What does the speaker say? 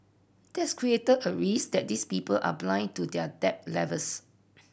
that's created a risk that these people are blind to their debt levels